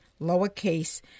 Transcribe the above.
lowercase